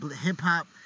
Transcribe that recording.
hip-hop